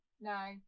No